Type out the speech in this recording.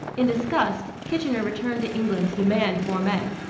in disgust, kitchener returned to england to demand more men.